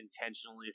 intentionally